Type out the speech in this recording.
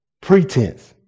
pretense